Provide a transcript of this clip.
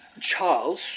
Charles